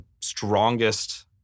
strongest